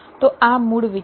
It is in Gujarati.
તો આ મૂળ વિચાર છે